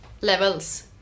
levels